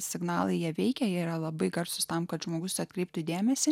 signalai jie veikia jie yra labai garsūs tam kad žmogus atkreiptų dėmesį